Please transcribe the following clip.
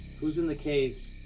who's in the caves?